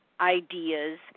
ideas